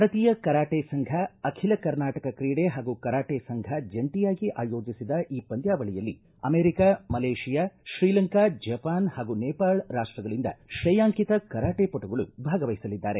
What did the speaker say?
ಭಾರತೀಯ ಕರಾಟೆ ಸಂಘ ಅಖಿಲ ಕರ್ನಾಟಕ ಕ್ರೀಡೆ ಪಾಗೂ ಕರಾಟೆ ಸಂಘ ಜಂಟಿಯಾಗಿ ಆಯೋಜಿಸಿದ ಈ ಪಂದ್ಕಾವಳಿಯಲ್ಲಿ ಅಮೆರಿಕ ಮಲೇಷಿಯಾ ಶ್ರೀಲಂಕಾ ಜಪಾನ್ ಹಾಗೂ ನೇಪಾಳ ರಾಷ್ಟಗಳಿಂದ ತ್ರೇಯಾಂಕಿತ ಕರಾಟೆ ಪಟುಗಳು ಭಾಗವಹಿಸಲಿದ್ದಾರೆ